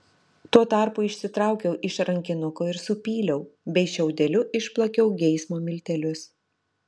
tuo tarpu išsitraukiau iš rankinuko ir supyliau bei šiaudeliu išplakiau geismo miltelius